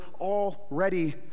already